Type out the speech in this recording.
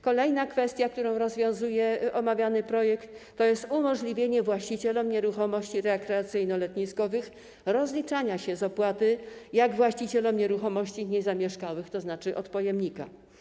Kolejna kwestia, którą rozwiązuje omawiany projekt, to umożliwienie właścicielom nieruchomości rekreacyjno-letniskowych rozliczania się z opłaty tak jak właściciele nieruchomości niezamieszkałych, tzn. od pojemnika.